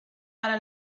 para